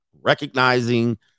recognizing